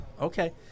Okay